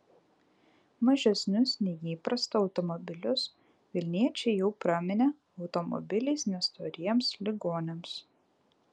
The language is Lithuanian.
mažesnius nei įprasta automobilius vilniečiai jau praminė automobiliais nestoriems ligoniams